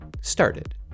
started